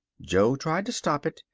jo tried to stop it.